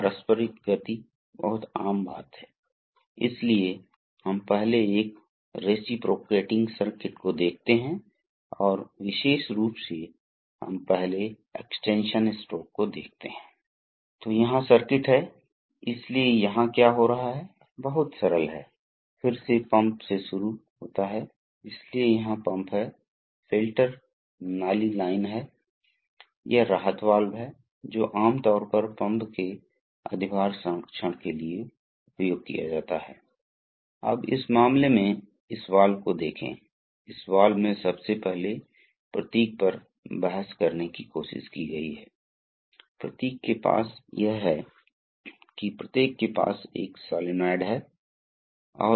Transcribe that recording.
फिर आपको कुछ आवश्यकता है जैसा कि मैंने कहा कि आपको सील और फिटिंग की आवश्यकता है कभी कभी सील तरल फिल्म द्वारा प्रदान की जाने वाली एक प्राकृतिक सील है लेकिन कभी कभी आपको ज़रूरत होती है फिटिंग का मतलब है कि आपके पास पाइप है आपने अपने घर में देखा है बाथरूम में जब भी आप मेरा मतलब है कि कुछ तरल पदार्थ बह रहा है तो आपको विभिन्न प्रकार के फिटिंग की आवश्यकता है आपको विभिन्न प्रकार के जोड़ों की आवश्यकता है ठीक है आपको पाइप की आवश्यकता है जो बाथरूम में आमतौर पर फार्म पाइप हो सकती है यह एक धातु है एक फिक्स्ड पाइप है